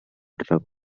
drug